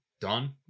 done